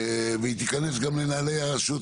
והיא תיכנס גם לנעלי הרשות